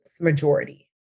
majority